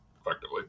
effectively